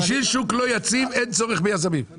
הצורך ביזמים מכניס אותנו לשוק יציב.